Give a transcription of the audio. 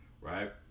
right